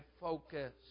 focus